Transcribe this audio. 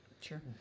Sure